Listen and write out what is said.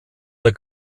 the